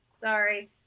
Sorry